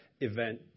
event